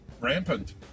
rampant